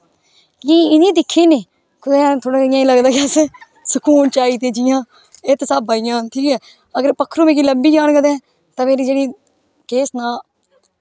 इ'यां दिक्खे न कुदै लगदा के अस सकून च आई जंदे जि'यां इत्त हिसाबा नै इ'यां ठीक ऐ अगर पक्खरू मिगी सब्भी जान कदैं तां मेरी जेह्ड़ी केह् सनांऽ